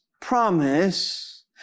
promise